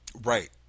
Right